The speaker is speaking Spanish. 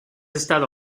estado